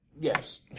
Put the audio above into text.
Yes